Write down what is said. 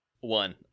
One